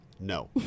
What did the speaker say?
No